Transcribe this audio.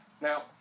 Now